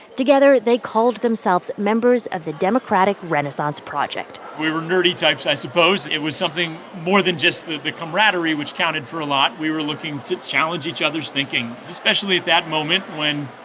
together, they called themselves members of the democratic renaissance project we were nerdy types, i suppose. it was something more than just the camaraderie, which counted for a lot. we were looking to challenge each other's thinking, especially at that moment when,